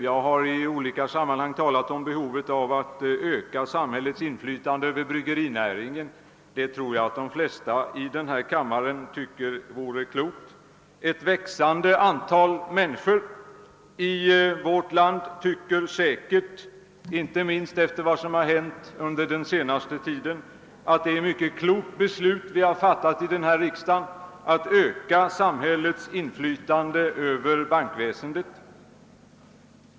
Jag har i olika sammanhang talat onm behovet av att öka samhällets inflytande över bryggerinäringen. Det tror jag de flesta här i kammaren tycker vore klokt. Ett växande antal människor i vårt land anser säkerligen, inte minst efter vad som har hänt på sistone, att det är ett mycket klokt beslut vi fattat i riksdagen att öka samhällets inflytan de över bankväsendet.